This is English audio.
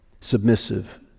submissive